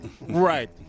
right